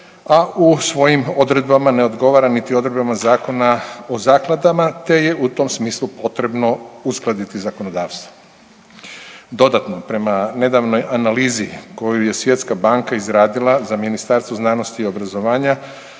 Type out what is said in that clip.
a u svojim odredbama ne odgovara niti odredbama Zakona o zakladama te je u tom smislu potrebno uskladiti zakonodavstvo. Dodatno, prema nedavnoj analizi koju je Svjetska banka izradila za Ministarstvo znanosti i obrazovanja